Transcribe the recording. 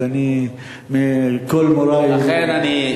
אז אני מכל מורי למדתי.